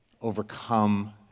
overcome